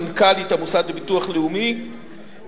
מנכ"לית המוסד לביטוח לאומי,